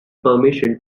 permission